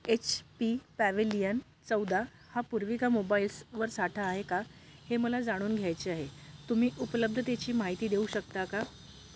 H P pavilion चौदा हा पूर्विका मोबाईल्सवर साठा आहे का हे मला जाणून घ्यायचे आहे तुम्ही उपलब्धतेची माहिती देऊ शकता का